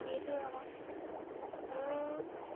সেইটোৱে আকৌ